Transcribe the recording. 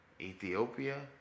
Ethiopia